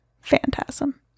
Phantasm